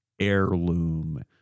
heirloom